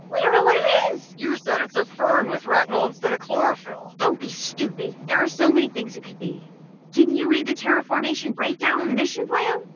we don't know what it is! you said it's a fern with retinal instead of chlorophyll! don't be stupid, there are so many things it could be didn't you read the terraformation breakdown in the mission plan?